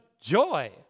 joy